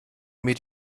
mir